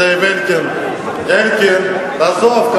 זאב אלקין, אלקין, תעזוב.